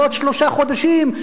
לעוד שלושה חודשים,